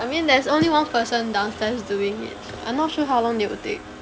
I mean there's only one person downstairs doing it I'm not sure how long they will take